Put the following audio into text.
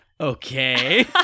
Okay